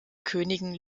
königin